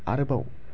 आरोबाव